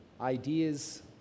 ideas